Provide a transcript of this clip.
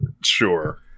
Sure